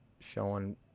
showing